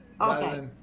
Okay